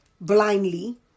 blindly